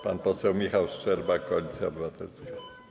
Pan poseł Michał Szczerba, Koalicja Obywatelska.